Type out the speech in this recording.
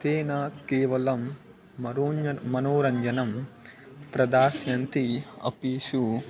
तेन केवलं मरोरञ्जनं मनोरञ्जनं प्रदास्यन्ति अपि षु